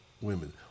women